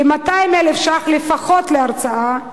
כ-200,000 שקלים לפחות להרצאה,